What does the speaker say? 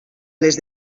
les